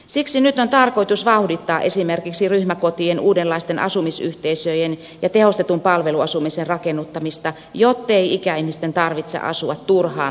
siksi nyt on tarkoitus vauhdittaa esimerkiksi ryhmäkotien uudenlaisten asumisyhteisöjen ja tehostetun palveluasumisen rakennuttamista jottei ikäihmisten tarvitse asua turhaan laitoksissa